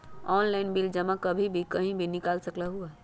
Online bill जमा कहीं भी कभी भी बिल निकाल सकलहु ह?